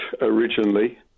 originally